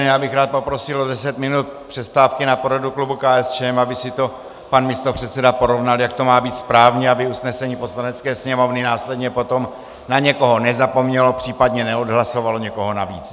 Já bych rád poprosil o 10 minut přestávky na poradu klubu KSČM, aby si to pan místopředseda porovnal, jak to má být správně, aby usnesení Poslanecké sněmovny následně potom na někoho nezapomnělo, případně neodhlasovalo někoho navíc.